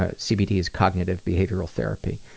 ah cbt is cognitive behavioral therapy.